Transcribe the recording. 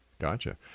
Gotcha